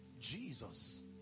Jesus